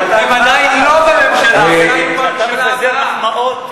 אני מזכיר לך שהם עדיין לא בממשלה,